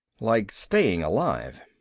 like staying alive.